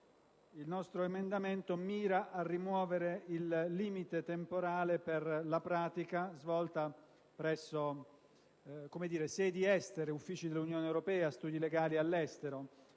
Il nostro emendamento mira a rimuovere il limite temporale per la pratica svolta presso sedi estere (uffici dell'Unione europea o studi legali all'estero).